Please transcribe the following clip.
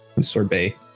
Sorbet